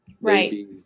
Right